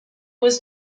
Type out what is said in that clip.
was